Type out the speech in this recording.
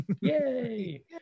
Yay